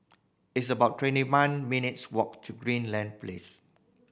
it's about twenty one minutes' walk to Greenleaf Place